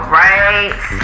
right